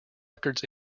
records